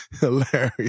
hilarious